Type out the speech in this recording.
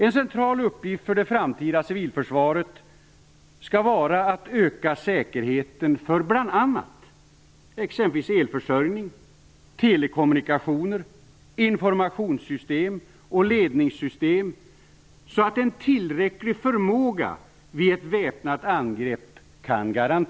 En central uppgift för det framtida civilförsvaret skall vara att öka säkerheten för exempelvis elförsörjning, telekommunikationer, informationssystem och ledningssystem, så att en tillräcklig förmåga kan garanteras vid ett väpnat angrepp.